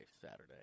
Saturday